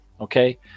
Okay